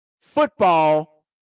football